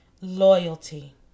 Loyalty